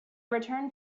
returned